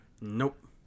Nope